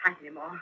anymore